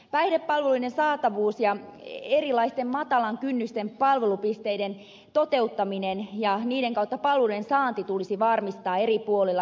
päihdepalveluiden saatavuus ja erilaisten matalan kynnyksen palvelupisteiden toteuttaminen ja niiden kautta palveluiden saanti tulisi varmistaa eri puolilla maatamme